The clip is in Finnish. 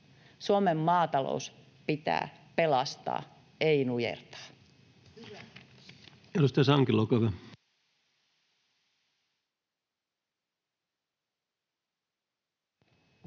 Suomen maatalous pitää pelastaa, ei nujertaa.